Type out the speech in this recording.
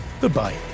goodbye